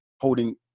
holding